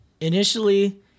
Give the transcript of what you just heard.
initially